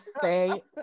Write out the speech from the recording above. say